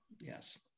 yes